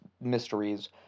mysteries